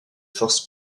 forces